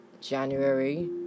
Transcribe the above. January